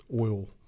oil